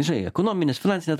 žinai ekonominės finansinės